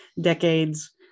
decades